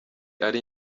ari